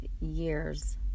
years